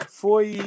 foi